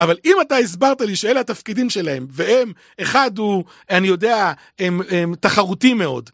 אבל אם אתה הסברת לי שאלה התפקידים שלהם, והם אחד הוא, אני יודע, הם תחרותי מאוד.